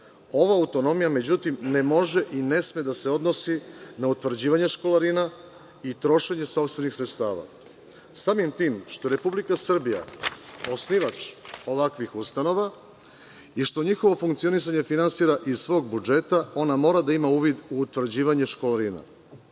Ova autonomija, međutim, ne može i ne sme da se odnosi na utvrđivanje školarina i trošenje sopstvenih sredstava. Samim tim što je Republika Srbija osnivač ovakvih ustanova i što njihovo funkcionisanje finansira iz svog budžeta, ona mora da ima uvid u utvrđivanje školarina.